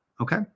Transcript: Okay